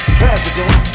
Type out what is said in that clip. president